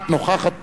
את נוכחת פה,